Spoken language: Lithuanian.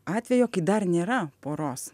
atvejo kai dar nėra poros